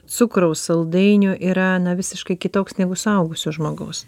cukraus saldainių yra na visiškai kitoks negu suaugusio žmogaus